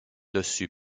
dessus